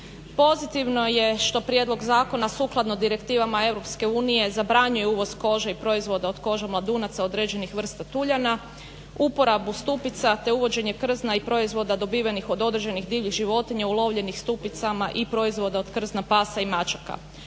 Pozitivno je što prijedlog zakona sukladno direktivama EU zabranjuje uvoz kože i proizvoda od kože mladunaca određenih vrsta tuljana, uporabu stupica te uvođenje krzna i proizvoda dobivenih od određenih divljih životinja ulovljenih stupicama i proizvoda od krzna pasa i mačaka.